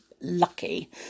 lucky